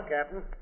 Captain